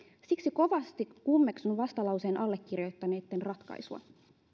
siksi kovasti kummeksun vastalauseen allekirjoittaneitten ratkaisua